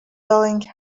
feeling